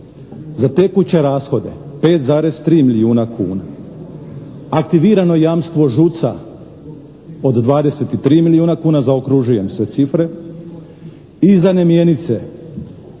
Za tekuće rashode 5,3 milijuna kuna. Aktivirano jamstvo žuca od 23 milijuna kuna, zaokružujem sve cifre i za nemjenice